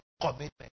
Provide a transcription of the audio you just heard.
commitment